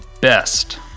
best